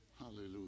hallelujah